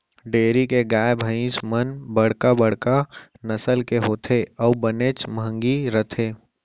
dairy के गाय भईंस मन बड़का बड़का नसल के होथे अउ बनेच महंगी रथें